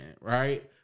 Right